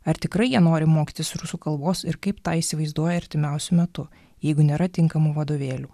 ar tikrai jie nori mokytis rusų kalbos ir kaip tą įsivaizduoja artimiausiu metu jeigu nėra tinkamų vadovėlių